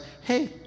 hey